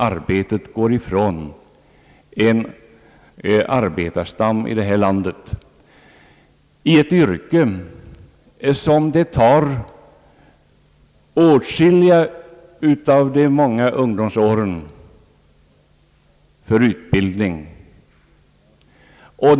Arbetena går ifrån en arbetarstam här i landet inom ett yrke som det tar åtskilliga av ungdomsåren att utbilda sig i.